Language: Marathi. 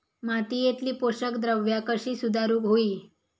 मातीयेतली पोषकद्रव्या कशी सुधारुक होई?